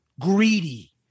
greedy